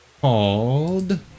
called